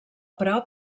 prop